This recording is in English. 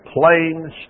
plain